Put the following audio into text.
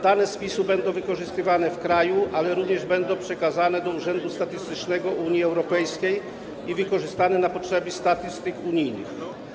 Dane spisu będą wykorzystywane w kraju, ale również będą przekazane do Urzędu Statystycznego Unii Europejskiej i wykorzystane na potrzeby statystyk unijnych.